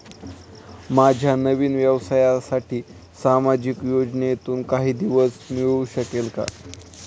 माझ्या नवीन व्यवसायासाठी सामाजिक योजनेतून काही मदत मिळू शकेल का?